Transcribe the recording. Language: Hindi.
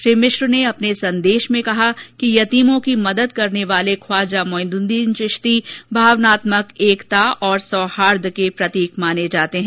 श्री मिश्र ने अपने संदेश में कहा कि यतीमों की मदद करने वाले ख्वाजा मोइनुद्दीन चिश्ती भावात्मक एकता और सौहार्द के प्रतीक माने जाते हैं